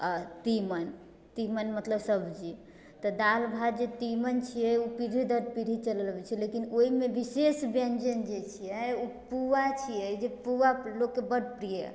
आ तीमन तीमन मतलब सब्जी तऽ दालि भात जे तीमन छियै ओ पीढ़ी दर पीढ़ी चलल अबैत छै लेकिन ओहिमे विशेष व्यञ्जन जे छियै ओ पुआ छियै जे पुआ लोककेँ बड प्रिय